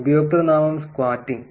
ഉപയോക്തൃനാമം സ്ക്വാറ്റിംഗ്